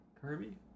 Kirby